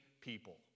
people